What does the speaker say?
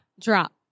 Drop